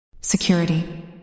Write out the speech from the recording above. Security